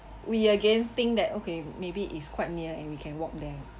we again think that okay maybe it's quite near and we can walk there